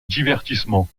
divertissement